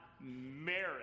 merit